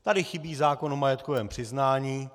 Tady chybí zákon o majetkovém přiznání.